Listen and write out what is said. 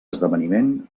esdeveniment